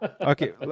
Okay